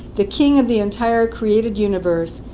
the king of the entire created universe,